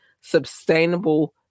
sustainable